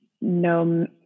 no